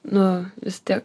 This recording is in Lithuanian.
nu vis tiek